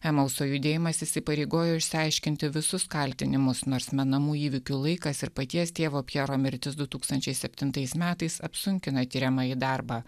emalso judėjimas įsipareigojo išsiaiškinti visus kaltinimus nors menamų įvykių laikas ir paties tėvo pjero mirtis du tūkstančiai septintais metais apsunkina tiriamąjį darbą